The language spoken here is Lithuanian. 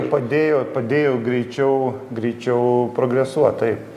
padėjo padėjo greičiau greičiau progresuot taip